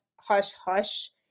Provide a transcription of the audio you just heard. hush-hush